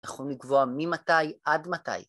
יכולים לקבוע ממתי עד מתי.